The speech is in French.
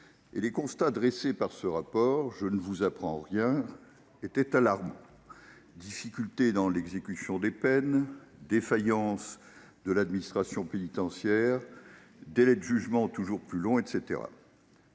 Les constats effectués dans ce rapport, je ne vous apprends rien, étaient alarmants : difficultés dans l'exécution des peines, défaillance de l'administration pénitentiaire, délais de jugements toujours plus longs, etc.